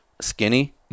skinny